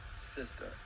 sister